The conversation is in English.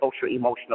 social-emotional